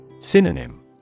Synonym